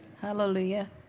Hallelujah